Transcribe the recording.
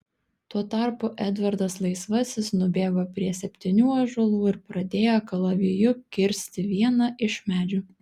tuo tarpu edvardas laisvasis nubėgo prie septynių ąžuolų ir pradėjo kalaviju kirsti vieną iš medžių